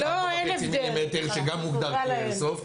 יש 4.5 מילימטר שגם מוגדר כאיירסופט,